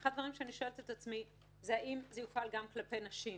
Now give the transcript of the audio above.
אחד הדברים שאני שואלת את עצמי הוא האם זה יופעל גם כלפי נשים,